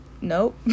Nope